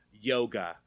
yoga